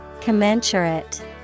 Commensurate